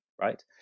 right